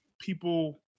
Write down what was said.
people